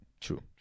true